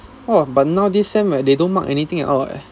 orh but now this sem~ like they don't mark anything at all eh